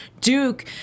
Duke